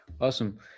Awesome